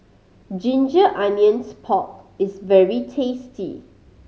ginger onions pork is very tasty